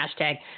hashtag